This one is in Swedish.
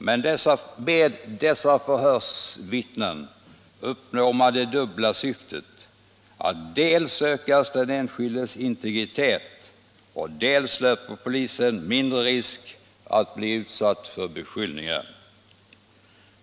Med dessa förhörsvittnen uppnår man det dubbla syftet att dels ökas den enskildes integritet, dels löper polisen mindre risk för att bli utsatt för beskyllningar.